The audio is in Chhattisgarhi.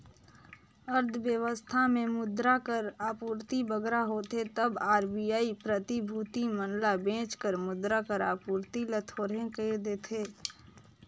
अर्थबेवस्था में मुद्रा कर आपूरति बगरा होथे तब आर.बी.आई प्रतिभूति मन ल बेंच कर मुद्रा कर आपूरति ल थोरहें कइर देथे